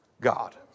God